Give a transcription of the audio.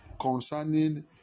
concerning